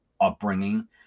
upbringing